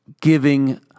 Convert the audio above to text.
giving